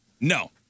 No